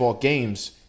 games